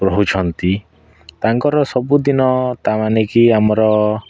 ରହୁଛନ୍ତି ତାଙ୍କର ସବୁଦିନ ତା ମାନେ କି ଆମର